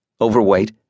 overweight